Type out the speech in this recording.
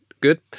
Good